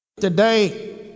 Today